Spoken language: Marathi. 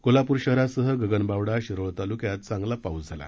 कोल्हाप्र शहरासह गगनबावडा शिरोळ ताल्क्यात चांगला पाऊस झाला